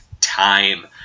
time